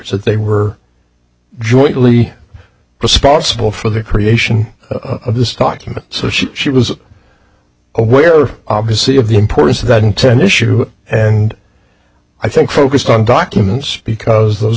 that they were jointly responsible for the creation of this talking so she she was aware obviously of the importance that in ten issues and i think focused on documents because those